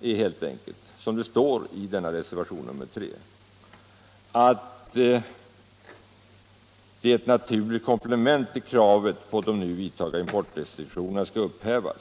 Kärnpunkten är helt enkelt, som det står i 11 december 1975 reservation nr 3, att det är ett naturligt komplement till kravet på att: —— de nu vidtagna importrestriktionerna skall upphävas